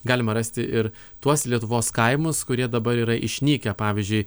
galima rasti ir tuos lietuvos kaimus kurie dabar yra išnykę pavyzdžiui